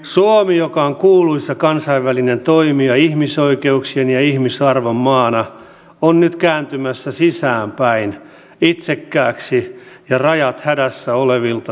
suomi joka on kuuluisa kansainvälinen toimija ihmisoikeuksien ja ihmisarvon maana on nyt kääntymässä sisäänpäin itsekkääksi ja rajat hädässä olevilta sulkevaksi maaksi